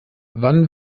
wann